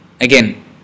Again